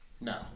No